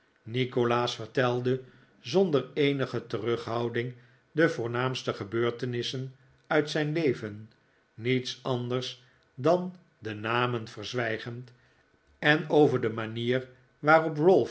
nikolaas vertelde zonder eenige terughouding de voornaamste gebeurtenissen uit zijn leven niets anders dan de namen verzwijgend en over de manier waarop